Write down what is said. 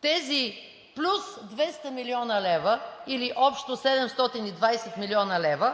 тези плюс 200 млн. лв., или общо 720 млн. лв.,